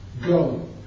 go